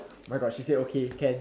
my gosh she say okay can